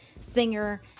singer